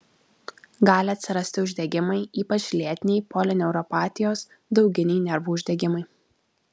gali atsirasti uždegimai ypač lėtiniai polineuropatijos dauginiai nervų uždegimai